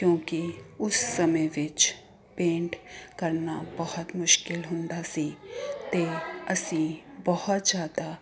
ਕਿਉਂਕਿ ਉਸ ਸਮੇਂ ਵਿੱਚ ਪੇਂਟ ਕਰਨਾ ਬਹੁਤ ਮੁਸ਼ਕਿਲ ਹੁੰਦਾ ਸੀ ਅਤੇ ਅਸੀਂ ਬਹੁਤ ਜ਼ਿਆਦਾ